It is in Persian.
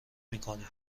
میکنی